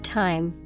time